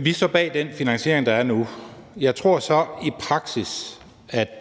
Vi står bag den finansiering, der er nu. Jeg tror så i praksis, at